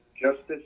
Justice